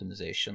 optimization